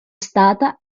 stata